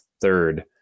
third